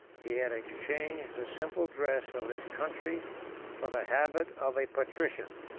he had exchanged the simple dress of his country for the habit of a patrician.